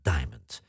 Diamond